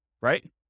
right